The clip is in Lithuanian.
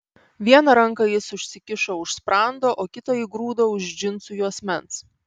vieną ranką jis užsikišo už sprando o kitą įgrūdo už džinsų juosmens